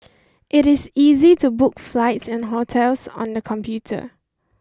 it is easy to book flights and hotels on the computer